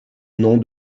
nom